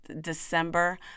december